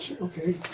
Okay